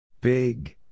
Big